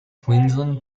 queensland